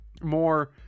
more